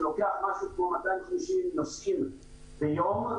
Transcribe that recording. שלוקח משהו כמו 230,000 נוסעים ביום,